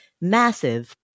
massive